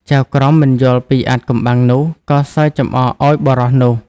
ចៅក្រមមិនយល់ពីអាថ៌កំបាំងនោះ ក៏សើចចំអកឱ្យបុរសនោះ។